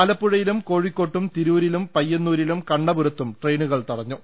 ആലപ്പുഴയിലും കോഴിക്കോട്ടും തിരൂരിലും പയ്യന്നൂരിലും കണ്ണപു രത്തും ട്രെയിനുകൾ തടഞ്ഞു